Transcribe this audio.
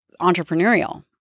entrepreneurial